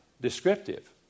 descriptive